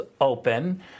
open